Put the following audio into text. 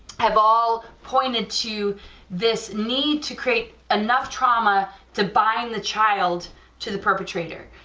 have all pointed to this need to create enough trauma to buying the child to the perpetrator,